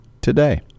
today